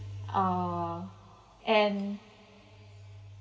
uh and